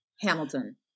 Hamilton